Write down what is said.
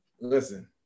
Listen